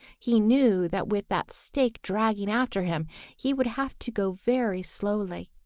he knew that with that stake dragging after him he would have to go very slowly,